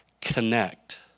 connect